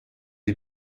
die